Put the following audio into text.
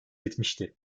etmişti